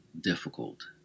difficult